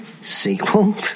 Sequel